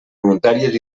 voluntàries